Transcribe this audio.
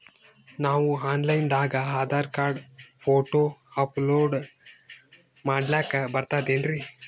ನಾವು online ದಾಗ Aadhaar card, photo upload ಮಾಡ್ಲಕ ಬರ್ತದೇನ್ರಿ?